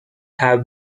have